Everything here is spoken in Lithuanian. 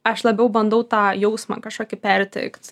aš labiau bandau tą jausmą kažkokį perteikt